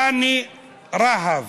רני רהב.